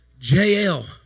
JL